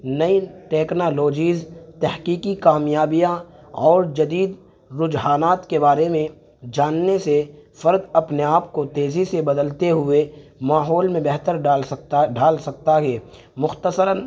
نئی ٹیکنالوجیز تحقیقی کامیابیاں اور جدید رجحانات کے بارے میں جاننے سے فرد اپنے آپ کو تیزی سے بدلتے ہوئے ماحول میں بہتر ڈھال سکتا ڈھال سکتا ہے مختصراً